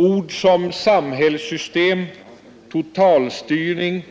Ord som samhällssystem, totalstyrning,